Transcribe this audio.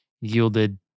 yielded